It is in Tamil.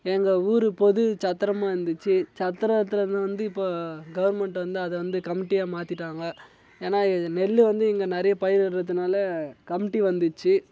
எங்கள் ஊர் பொது சத்தரமாக இருந்துச்சு சத்திரத்துலருந்து வந்து இப்போ கவர்மெண்ட் வந்து அதை வந்து கமிட்டியாக மாற்றிட்டாங்க ஏன்னா இது நெல் வந்து இங்கே நிறைய பயிரிடுறதுனால கமிட்டி வந்துச்சு